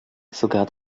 sogar